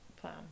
plan